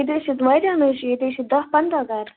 ییٚتہِ حظ چھِ واریاہ نِش ییٚتہِ حظ چھِ دَہ پنٛداہ گَرٕ